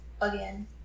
again